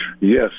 Yes